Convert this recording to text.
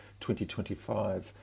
2025